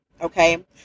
Okay